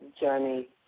journey